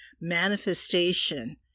manifestation